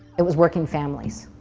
it was working families.